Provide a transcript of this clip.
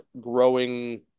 growing